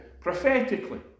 prophetically